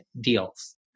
deals